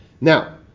Now